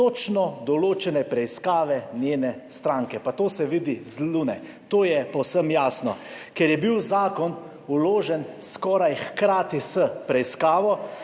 točno določene preiskave njene stranke. Pa to se vidi z Lune. To je povsem jasno. Ker je bil zakon vložen, skoraj hkrati s preiskavo,